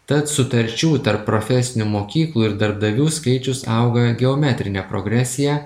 tad sutarčių tarp profesinių mokyklų ir darbdavių skaičius auga geometrine progresija